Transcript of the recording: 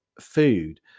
food